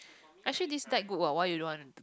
actually this deck good [what] why you don't want